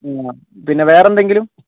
പിന്നെ വേറെയെന്തെങ്കിലും